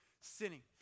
sinning